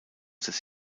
des